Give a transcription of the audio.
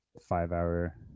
five-hour